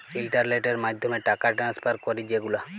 ইলটারলেটের মাধ্যমে টাকা টেনেসফার ক্যরি যে গুলা